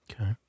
Okay